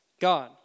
God